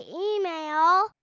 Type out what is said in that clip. email